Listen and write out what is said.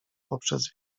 poprzez